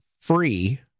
free